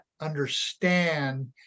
understand